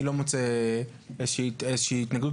אני לא מוצא איזושהי התנגדות.